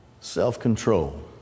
self-control